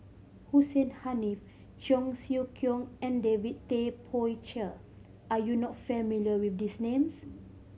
Hussein Haniff Cheong Siew Keong and David Tay Poey Cher are you not familiar with these names